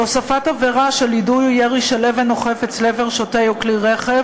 הוספת עבירה של יידוי או ירי של אבן או חפץ לעבר שוטר או כלי רכב,